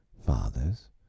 fathers